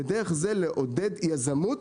ודרך זה לעודד יזמות,